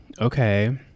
okay